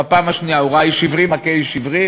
בפעם השנייה הוא ראה איש עברי מכה איש עברי.